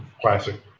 classic